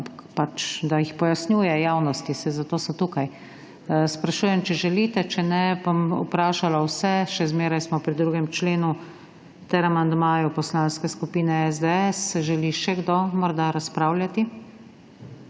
stvari, da jih pojasnjuje javnosti, saj zato so tukaj. Sprašujem, če želite. Če ne, bom vprašala vse. Še zmeraj smo pri 2. členu ter amandmaju Poslanske skupine SDS. Želi še kdo morda razpravljati?